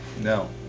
No